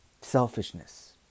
selfishness